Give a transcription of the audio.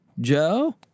Joe